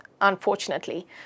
unfortunately